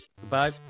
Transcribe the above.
goodbye